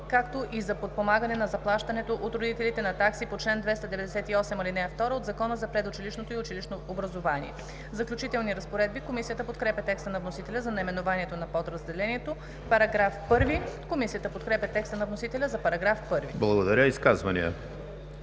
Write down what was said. както и за подпомагане на заплащането от родителите на такси по чл. 298, ал. 2 от Закона за предучилищното и училищното образование.“ „Заключителни разпоредби“. Комисията подкрепя текста на вносителя за наименованието на подразделението. Комисията подкрепя текста на вносителя за § 1. ПРЕДСЕДАТЕЛ